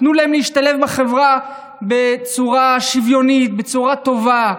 תנו להם להשתלב בחברה בצורה שוויונית, בצורה טובה.